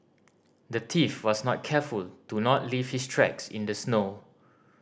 the thief was not careful to not leave his tracks in the snow